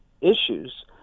issues